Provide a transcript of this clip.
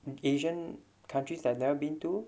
asian countries that I have never been to